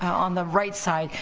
on the right side.